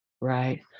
Right